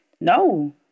No